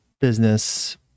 business